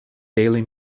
daily